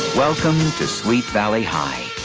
welcome to sweet valley high,